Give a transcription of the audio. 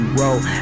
roll